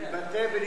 להתבטא ולנאום,